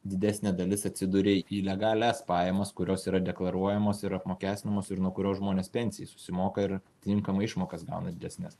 didesnė dalis atsiduria į legalias pajamas kurios yra deklaruojamos ir apmokestinamos ir nuo kurios žmonės pensijai susimoka ir tinkamai išmokas gauna didesnes